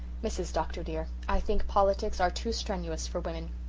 mrs. dr. dear, i think politics are too strenuous for women